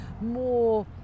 more